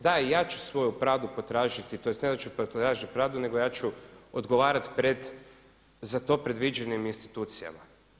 Da, ja ću svoju pravdu potražiti tj. ne da ću potražiti pravdu, nego ja ću odgovarati u za to predviđenim institucijama.